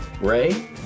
ray